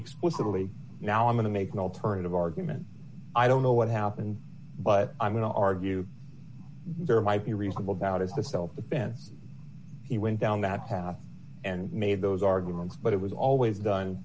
explicitly now i'm going to make an alternative argument i don't know what happened but i'm going to argue there might be reasonable doubt as to self defense he went down that path and made those arguments but it was always done